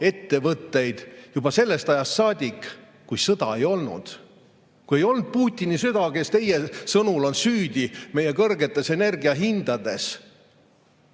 pakkunud] juba sellest ajast saadik, kui sõda ei olnud. Kui ei olnud Putini sõda, kes teie sõnul on süüdi meie kõrgetes energiahindades.